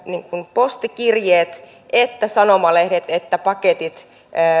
postikirjeet sanomalehdet että paketit